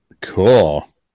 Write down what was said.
Cool